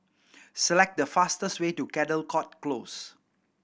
select the fastest way to Caldecott Close